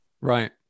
Right